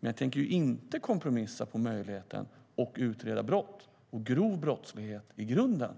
Men jag tänker inte kompromissa på möjligheten att utreda brott och grova brott grundligt.